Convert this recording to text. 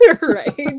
Right